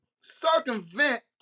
circumvent